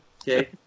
okay